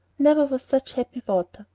never was such happy water,